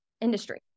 industry